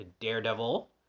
daredevil